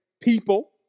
people